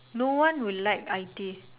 no one would like I T